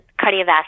cardiovascular